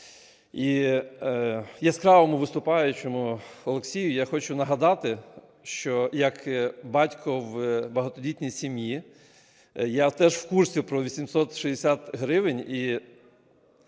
І яскравому виступаючому Олексію я хочу нагадати, що як батько в багатодітній сім'ї я теж в курсі про 860 гривень.